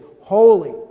holy